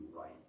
right